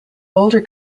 older